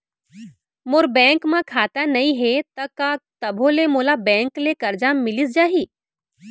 मोर bank म खाता नई हे त का तभो ले मोला बैंक ले करजा मिलिस जाही?